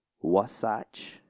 Wasatch